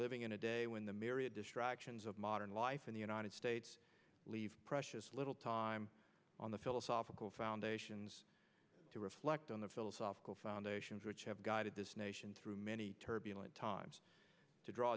living in a day when the myriad distractions of modern life in the united states leave precious little time on the philosophical foundations to reflect on the philosophical foundations which have guided this nation through many turbulent times to draw